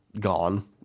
gone